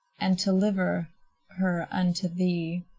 and deliver her unto thee?